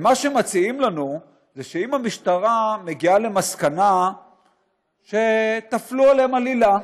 ומה שמציעים לנו הוא שאם המשטרה מגיעה למסקנה שטפלו עליהם עלילה,